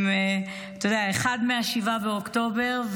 אחד מ-7 באוקטובר,